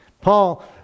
Paul